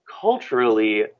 culturally